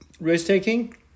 risk-taking